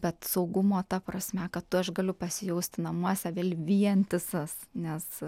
bet saugumo ta prasme kad aš galiu pasijausti namuose vėl vientisas nes